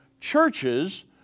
churches